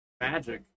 magic